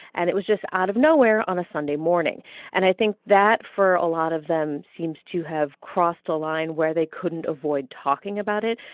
and it was just out of nowhere on a sunday morning and i think that, for a lot of them, seems to have crossed a line where they couldn't avoid talking about it.